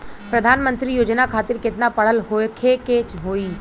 प्रधानमंत्री योजना खातिर केतना पढ़ल होखे के होई?